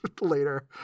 later